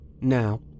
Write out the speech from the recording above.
Now